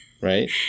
right